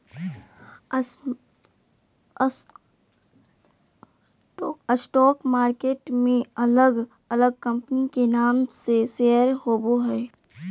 stock market में अलग अलग कंपनी के नाम से शेयर होबो हइ